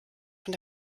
von